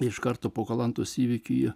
iš karto po kalantos įvykių jie